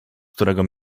którego